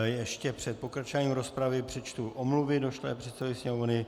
Ještě před pokračováním rozpravy přečtu omluvy došlé předsedovi Sněmovny.